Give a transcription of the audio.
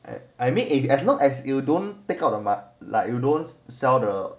and I mean if you as long as you don't take out the mon~ like you don't sell the